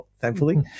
thankfully